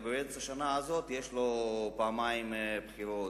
ובאמצע השנה הזאת יש לו פעמיים בחירות,